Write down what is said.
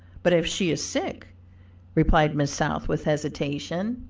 but if she is sick replied miss south with hesitation.